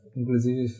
inclusive